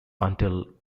until